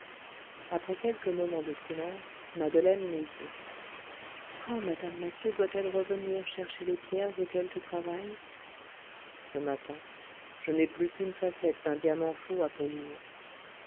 après quelques moments de silence madeleine lui dit quand mme mathieu doit-elle revenir chercher les pierres auxquelles tu travailles ce matin je n'ai plus qu'une facette d'un diamant faux à polir